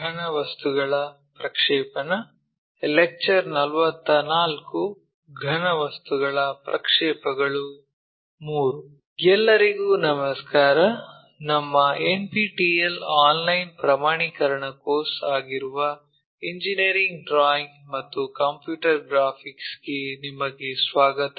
ಘನವಸ್ತುಗಳ ಪ್ರಕ್ಷೇಪಗಳು III ಎಲ್ಲರಿಗೂ ನಮಸ್ಕಾರ ನಮ್ಮ ಎನ್ಪಿಟಿಇಎಲ್ ಆನ್ಲೈನ್ ಪ್ರಮಾಣೀಕರಣ ಕೋರ್ಸ್ ಆಗಿರುವ ಇಂಜಿನಿಯರಿಂಗ್ ಡ್ರಾಯಿಂಗ್ ಮತ್ತು ಕಂಪ್ಯೂಟರ್ ಗ್ರಾಫಿಕ್ಸ್ ಗೆ ನಿಮಗೆ ಸ್ವಾಗತ